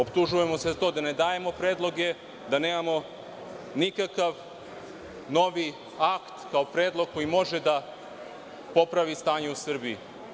Optužujemo se za to da ne dajemo predloge da nemamo nikakav novi akt kao predlog koji može da popravi stanje u Srbiji.